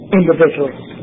individuals